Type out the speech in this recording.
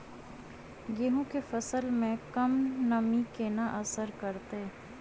गेंहूँ केँ फसल मे कम नमी केना असर करतै?